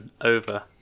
over